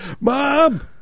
Mom